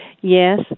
Yes